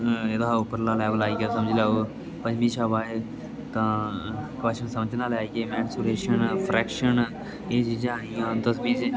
एह्दा हा उप्परला लैवल आई गेआ समझी लैओ पजंमी शा बाद च तां कोच्शन समझना आह्ले आई गे मैनसुरेशन फ्रैक्शन एह् चीजां आई गेइयां दसमीं च